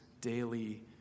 daily